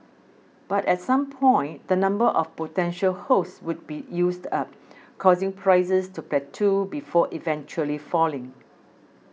but at some point the number of potential host would be used up causing prices to plateau before eventually falling